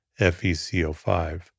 FeCO5